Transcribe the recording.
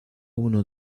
uno